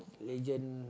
legend